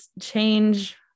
change